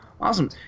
Awesome